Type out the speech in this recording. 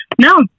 No